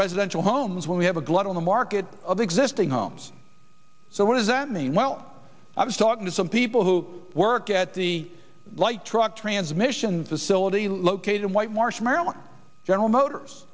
residential homes where we have a glut on the market of existing homes so what does that mean well i was talking to some people who work at the light truck transmission facility located in whitemarsh maryland general motors